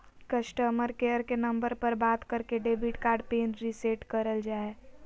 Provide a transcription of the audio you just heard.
customer care के number पर बात करके डेबिट कार्ड पिन रीसेट करल जा हय